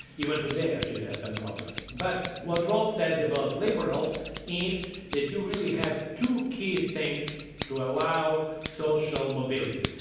you met today actually has some problems. but while drawls says about lieberal is that you really have two key things to allow social mobility.